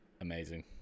amazing